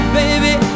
baby